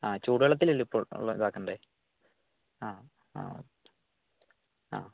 ആ ചൂട് വെള്ളത്തിലല്ലേ ഉപ്പ് വെള്ളം ഇതാക്കേണ്ടത് ആ ആ ആ